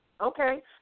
Okay